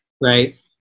right